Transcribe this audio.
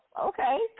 okay